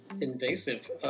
invasive